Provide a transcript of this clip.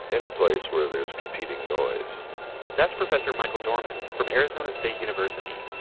any place where there's competing noise that's professor michael dormon from arizona state university.